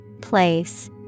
Place